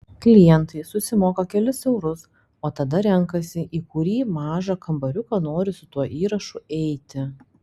klientai susimoka kelis eurus o tada renkasi į kurį mažą kambariuką nori su tuo įrašu eiti